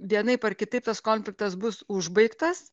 vienaip ar kitaip tas konfliktas bus užbaigtas